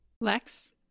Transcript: Lex